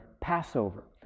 Passover